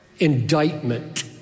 indictment